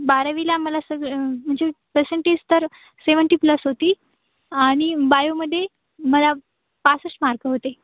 बारावीला मला सगळं म्हणजे पर्सेंटेज तर सेवंटी प्लस होती आणि बायोमध्ये मला पासष्ट मार्क होते